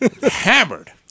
hammered